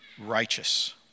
righteous